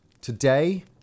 Today